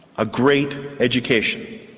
a great education.